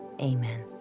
Amen